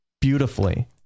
Beautifully